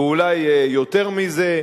ואולי יותר מזה,